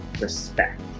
Respect